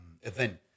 event